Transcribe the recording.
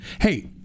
Hey